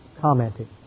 commenting